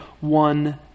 one